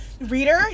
reader